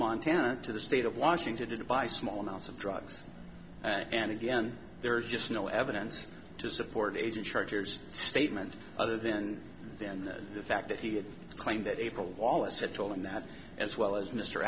montana to the state of washington to buy small amounts of drugs and again there's just no evidence to support agent chargers statement other than then the fact that he had claimed that april wallace had told him that as well as mr